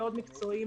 מאוד מקצועיים,